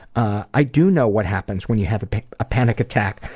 i do know what happens when you have a ah panic attack.